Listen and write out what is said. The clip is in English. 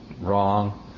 Wrong